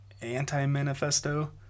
anti-manifesto